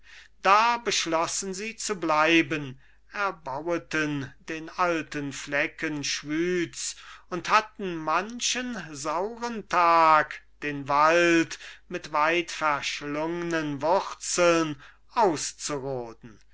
da beschlossen sie zu bleiben erbaueten den alten flecken schwyz und hatten manchen sauren tag den wald mit weitverschlungenen wurzeln auszuroden